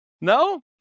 No